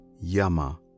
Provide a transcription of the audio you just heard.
Yama